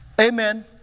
Amen